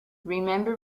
remember